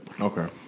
Okay